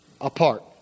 apart